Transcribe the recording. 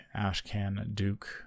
Ashcan-Duke